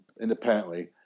independently